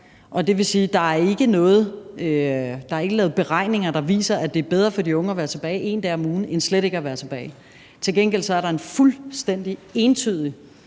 Og det vil sige, at der ikke er lavet beregninger, der viser, at det er bedre for de unge at være tilbage én dag om ugen end slet ikke at være tilbage. Til gengæld er der en fuldstændig entydig